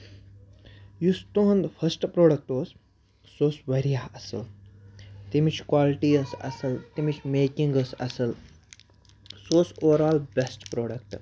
یُس تُہُنٛد first product اوس سُہ اوس واریاہ اَصٕل تَمِچ کولٹی ٲسۍ اَصٕل تَمِچ میکِنٛگ ٲسۍ اَصٕل سُہ اوس اوٗور آل بیسٹ پرٛوڈَکٹہٕ